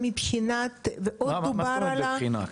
מה זאת אומרת בבחינה?